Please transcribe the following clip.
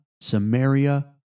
Samaria